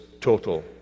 total